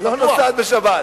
לא נוסעת בשבת.